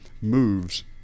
moves